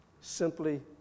simply